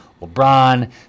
lebron